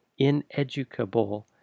ineducable